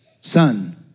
Son